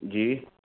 जी